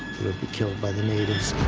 be killed by the natives.